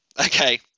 Okay